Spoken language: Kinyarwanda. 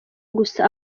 gusa